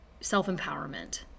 self-empowerment